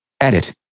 edit